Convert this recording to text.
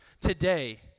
today